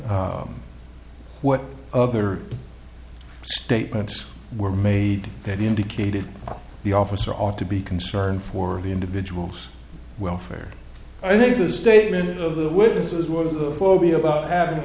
what other statements were made that indicated the officer ought to be concerned for the individual's welfare i think the statement of the witnesses was of phobia about having